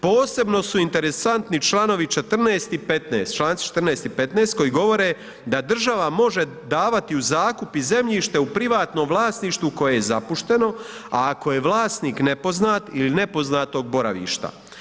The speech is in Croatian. Posebno su interesantni članovi 14. i 15., Članci 14. i 15. koji govore da država može davati u zakup i zemljište u privatnom vlasništvu koje je zapušteno, a ako je vlasnik nepoznat ili nepoznatog boravišta.